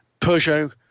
peugeot